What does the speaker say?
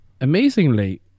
Amazingly